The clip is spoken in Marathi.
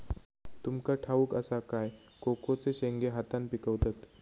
तुमका ठाउक असा काय कोकोचे शेंगे हातान पिकवतत